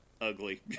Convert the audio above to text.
ugly